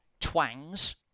twangs